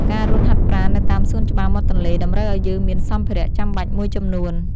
ការរត់ហាត់ប្រាណនៅតាមសួនច្បារមាត់ទន្លេ តម្រូវឲ្យយើងមានសម្ភារៈចាំបាច់មួយចំនួន។